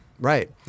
Right